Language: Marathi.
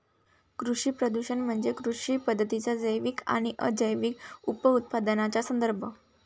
कृषी प्रदूषण म्हणजे कृषी पद्धतींच्या जैविक आणि अजैविक उपउत्पादनांचा संदर्भ